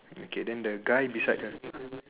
okay then the guy beside her